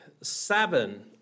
seven